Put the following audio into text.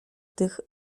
tych